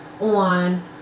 on